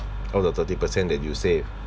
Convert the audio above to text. oh the thirty percent that you save